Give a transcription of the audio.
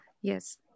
yes